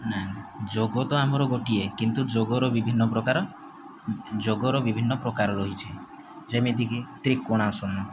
ନାଇଁ ଯୋଗ ତ ଆମର ଗୋଟିଏ କିନ୍ତୁ ଯୋଗର ବିଭିନ୍ନ ପ୍ରକାର ଯୋଗର ବିଭିନ୍ନ ପ୍ରକାର ରହିଛି ଯେମିତିକି ତ୍ରିକୋଣାସନ